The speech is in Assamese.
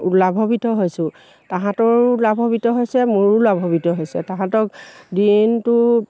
লাভৱিত হৈছোঁ তাহাঁতৰো লাভৱিত হৈছে মোৰো লাভৱিত হৈছে তাহাঁতক দিনটো